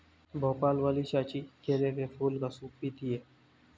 भोपाल वाली चाची केले के फूल का सूप पीती हैं